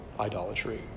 idolatry